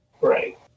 right